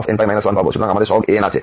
সুতরাং আমাদের সহগ an আছে